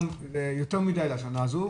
אנחנו ביותר מדי לשנה הזו.